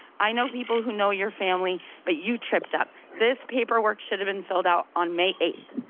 i know people who know your family, but you tripped up. this paperwork should have been filled out on may eighth.